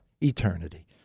eternity